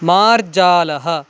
मार्जालः